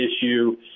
issue